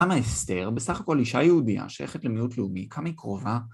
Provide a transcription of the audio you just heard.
למה אסתר? בסך הכל אישה יהודיה שייכת למיעוט לאומי, כמה היא קרובה?